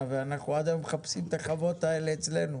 ואנחנו עד היום מחפשים את החוות האלה אצלינו.